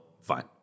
fine